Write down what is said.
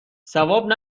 ثواب